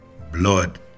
blood